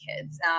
kids